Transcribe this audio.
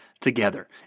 together